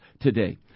today